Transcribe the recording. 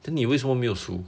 then 你为什么没有数